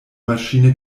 maschine